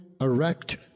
Erect